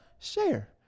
Share